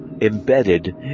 embedded